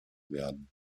werden